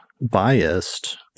biased